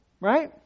Right